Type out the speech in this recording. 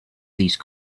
these